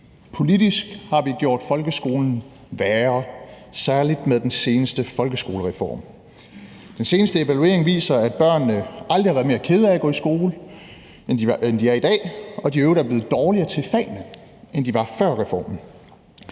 Politisk har vi gjort folkeskolen værre, særlig med den seneste folkeskolereform. Den seneste evaluering viser, at børnene aldrig har været mere kede af at gå i skole, end de er i dag, og at de i øvrigt er blevet dårligere til fagene, end de var før reformen.